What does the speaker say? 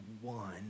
one